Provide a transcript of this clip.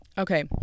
Okay